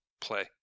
play